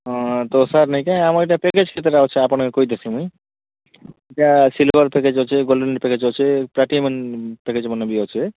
ହଁ ତ ସାର୍ ନେଇକି ଆମର୍ ଏଇଟା ପ୍ୟାକେଜ୍ ଭିତରେ ଅଛି ଆପଣ କହିଦେସି ମୁଇଁ ଏଇଟା ସିଲ୍ଭର୍ ପ୍ୟାକେଜ୍ ଅଛେ ଗୋଲ୍ଡ଼େନ୍ ପ୍ୟାକେଜ୍ ଅଛେ ପ୍ଲାଟିନମ୍ ପ୍ୟାକେଜ୍ମାନେ ବି ଅଛେ